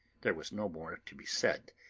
there was no more to be said,